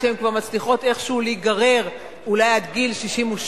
כשהן כבר מצליחות איכשהו להיגרר אולי עד גיל 62,